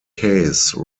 case